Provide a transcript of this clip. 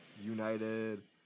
United